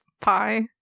pie